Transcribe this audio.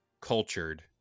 cultured